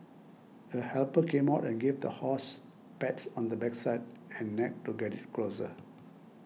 a helper came out and gave the horse pats on backside and neck to get it closer